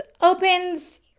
opens